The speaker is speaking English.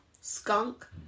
skunk